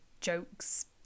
jokes